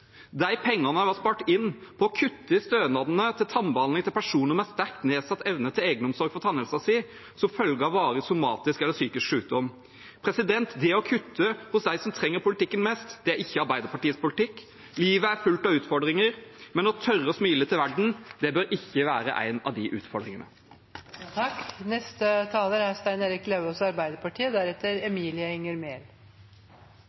De pengene var spart inn ved å kutte i stønaden til tannbehandling til personer med sterkt nedsatt evne til egenomsorg for tannhelsen sin som følge av varig somatisk eller psykisk sykdom. Det å kutte hos dem som trenger politikken mest, er ikke Arbeiderpartiets politikk. Livet er fullt av utfordringer, men å tørre å smile til verden bør ikke være en av